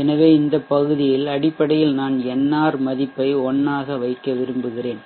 எனவே இந்த பகுதியில் அடிப்படையில் நான் nr மதிப்பை 1 ஆகக் வைக்க விரும்புகிறேன்